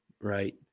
right